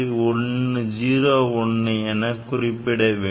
01 எனக் குறிப்பிட வேண்டும்